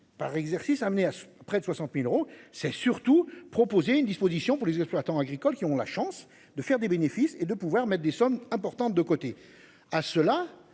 par exercice amené à près de 60.000 euros. C'est surtout proposer une disposition pour les exploitants agricoles qui ont la chance de faire des bénéfices et de pouvoir des sommes importantes de côté.